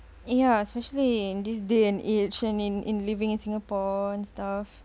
ya especially in this day and age and in in living in singapore and stuff